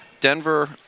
Denver